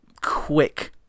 quick